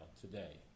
today